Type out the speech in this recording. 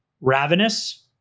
ravenous